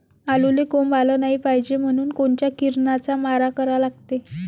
आलूले कोंब आलं नाई पायजे म्हनून कोनच्या किरनाचा मारा करा लागते?